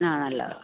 ആ നല്ലതാണ്